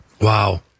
Wow